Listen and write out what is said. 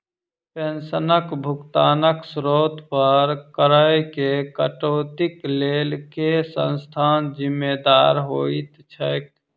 पेंशनक भुगतानक स्त्रोत पर करऽ केँ कटौतीक लेल केँ संस्था जिम्मेदार होइत छैक?